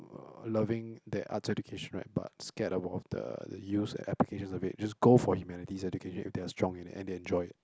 uh loving that arts education right but scared of of the use and applications of it just go for humanities education if they are strong in it and they enjoy it